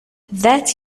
that